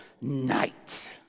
night